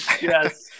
Yes